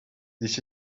this